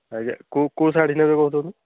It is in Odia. ଆଜ୍ଞା କେଉଁ କେଉଁ ଶାଢ଼ୀ ନେବେ କହୁଛନ୍ତି